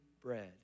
bread